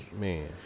man